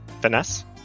finesse